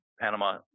Panama